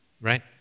Right